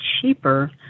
cheaper